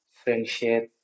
friendship